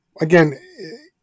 Again